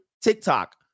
TikTok